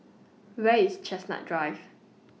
Where IS Chestnut Drive